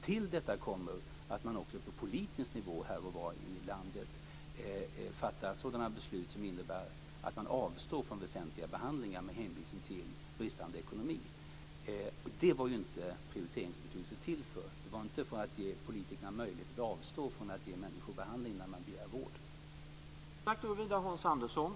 Till detta kommer att det också på politisk nivå här och var i landet fattas sådana beslut som innebär att man avstår från väsentliga behandlingar med hänvisning till bristande ekonomi. Det var inte prioriteringsbeslutet till för. Det var inte för att ge politikerna möjlighet att avstå från att ge människor behandling när de begär vård.